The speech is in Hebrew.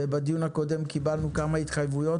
בדיון הקודם קיבלנו כמה התחייבויות,